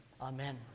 Amen